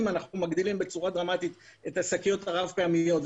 אם אנחנו מגדילים בצורה דרמטית את השקיות הרב פעמיות,